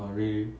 oh really